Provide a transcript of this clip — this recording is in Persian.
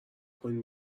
کنین